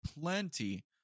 plenty